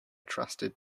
trusted